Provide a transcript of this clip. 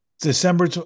December